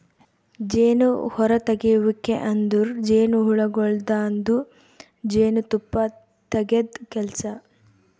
ಜೇನು ಹೊರತೆಗೆಯುವಿಕೆ ಅಂದುರ್ ಜೇನುಹುಳಗೊಳ್ದಾಂದು ಜೇನು ತುಪ್ಪ ತೆಗೆದ್ ಕೆಲಸ